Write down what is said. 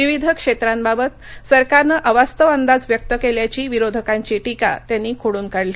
विविध क्षेत्रांबाबत सरकारनं अवास्तव अंदाज व्यक्त केल्याची विरोधकांची टीका त्यांनी खोडून काढली